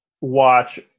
watch